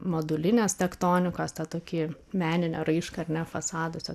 modulinės tektonikos tą tokį meninę raišką ar ne fasaduose